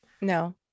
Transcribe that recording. no